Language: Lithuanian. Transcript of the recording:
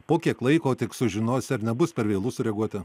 po kiek laiko tik sužinosi ar nebus per vėlu sureaguoti